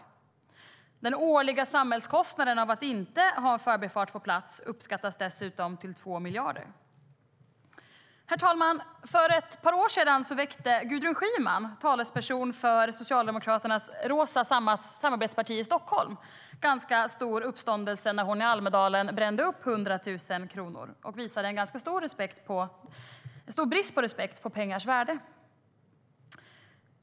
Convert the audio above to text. Den årliga samhällskostnaden av att inte ha en förbifart på plats uppskattas dessutom till 2 miljarder. Herr talman! För ett par år sedan väckte Gudrun Schyman, talesperson för Socialdemokraternas rosa samarbetsparti i Stockholm, ganska stor uppståndelse när hon i Almedalen brände upp 100 000 kronor och visade en ganska stor brist på respekt för pengars värde.